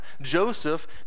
Joseph